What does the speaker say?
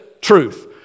truth